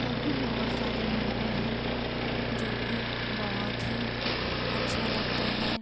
और भी बहुत सारे मूवी हैं जो कि बहुत ही अच्छा लगता है